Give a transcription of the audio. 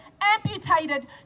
amputated